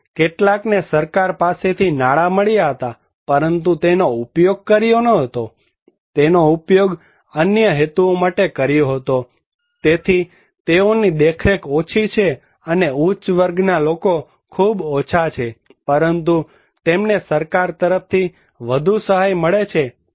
અને કેટલાકને સરકાર પાસેથી નાણાં મળ્યા હતા પરંતુ તેનો ઉપયોગ કર્યો ન હતો તેનો ઉપયોગ અન્ય હેતુઓ માટે કર્યો હતો તેથી તેઓની દેખરેખ ઓછી છે અને ઉચ્ચ વર્ગના લોકો ખૂબ ઓછા છે પરંતુ તેમને સરકાર તરફથી વધુ સહાય મળે છે